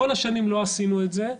כל השנים לא עשינו את זה,